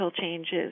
changes